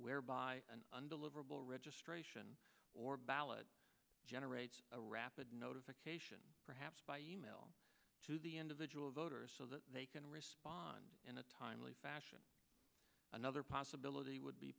whereby an unbelievable registration or ballot generates a rapid notification perhaps by e mail to the individual voter so that they can respond in a timely fashion another possibility would be